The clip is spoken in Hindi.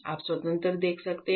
आप स्वतंत्र देख सकते हैं